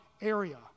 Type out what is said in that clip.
area